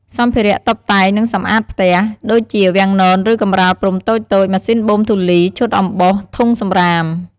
សម្ភារៈតុបតែង និងសម្អាតផ្ទះ ដូចជា វាំងនន ឬកម្រាលព្រំតូចៗ ម៉ាស៊ីនបូមធូលី ឈុតអំបោស ធុងសំរាម ។